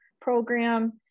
program